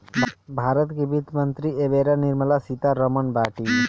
भारत के वित्त मंत्री एबेरा निर्मला सीता रमण बाटी